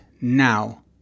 now